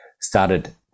started